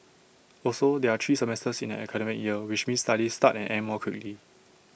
also there are three semesters in an academic year which means studies start and end more quickly